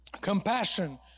compassion